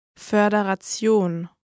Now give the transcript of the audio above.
Föderation